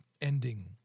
ending